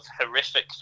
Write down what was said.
horrific